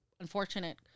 unfortunate